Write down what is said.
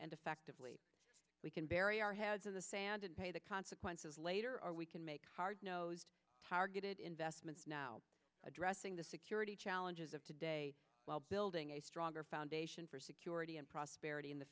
and effectively we can bury our heads in the and pay the consequences later or we can make hard nosed targeted investments now addressing the security challenges of today while building a stronger foundation for security and prosperity in the